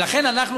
ולכן אנחנו,